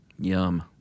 Yum